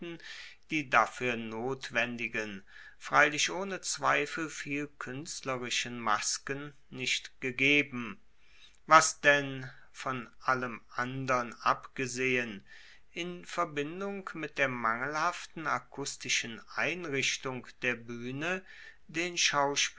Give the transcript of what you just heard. die dafuer notwendigen freilich ohne zweifel viel kuenstlicheren masken nicht gegeben was denn von allem andern abgesehen in verbindung mit der mangelhaften akustischen einrichtung der buehne